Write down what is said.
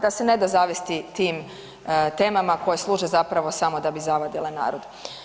Da se ne da zavesti tim temama koje služe zapravo samo da bi zavadile narod.